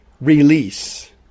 Release